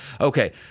Okay